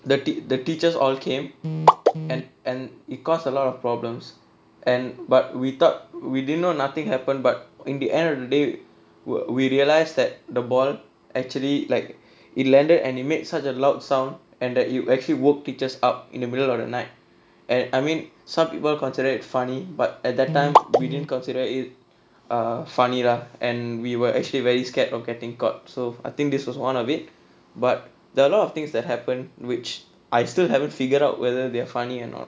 the tea~ the teachers all came and and it cost a lot of problems and but we thought we didn't know nothing happen but in the end of the day we we realise that the ball actually like it landed and it made such a loud sound and that you actually work teachers up in the middle of the night and I mean some people consider it funny but at that time we didn't consider it err funny lah and we were actually very scared of getting caught so I think this was one of it but there are a lot of things that happen which I still haven't figured out whether they're funny or not